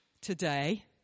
today